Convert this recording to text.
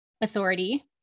authority